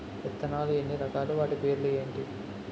విత్తనాలు ఎన్ని రకాలు, వాటి పేర్లు ఏంటి?